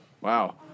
wow